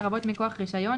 לרבות מכוח רישיון,